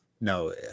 No